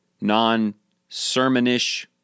non-sermonish